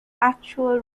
actual